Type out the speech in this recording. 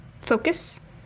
focus